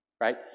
right